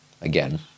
again